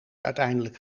uiteindelijk